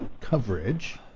coverage